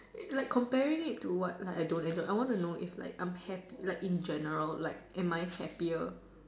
like comparing it to what like I don't and so I want to know if like I'm happy like in general like am I happier